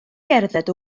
gerdded